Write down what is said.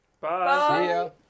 bye